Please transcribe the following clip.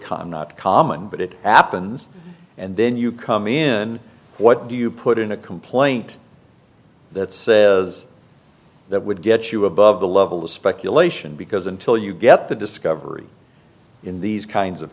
common not common but it happens and then you come in what do you put in a complaint that says that would get you above the level of speculation because until you get the discovery in these kinds of